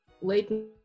late